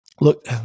Look